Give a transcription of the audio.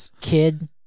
Kid